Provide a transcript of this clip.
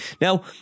Now